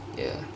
ya